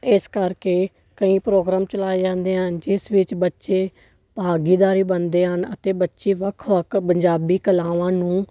ਇਸ ਕਰਕੇ ਕਈ ਪ੍ਰੋਗਰਾਮ ਚਲਾਏ ਜਾਂਦੇ ਆ ਜਿਸ ਵਿੱਚ ਬੱਚੇ ਭਾਗੀਦਾਰ ਬਣਦੇ ਹਨ ਅਤੇ ਬੱਚੇ ਵੱਖ ਵੱਖ ਪੰਜਾਬੀ ਕਲਾਵਾਂ ਨੂੰ